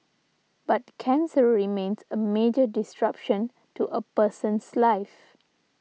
but cancer remains a major disruption to a person's life